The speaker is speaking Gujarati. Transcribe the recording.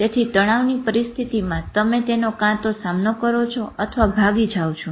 તેથી તણાવની પરિસ્થિતિમાં તમે તેનો કાં તો સામનો કરો છો અથવા ભાગી જાવ છો